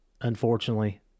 Unfortunately